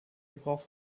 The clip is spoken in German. gebrauch